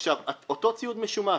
עכשיו, אותו ציוד משומש